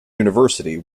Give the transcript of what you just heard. university